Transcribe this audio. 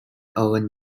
oven